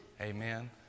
Amen